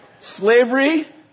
Slavery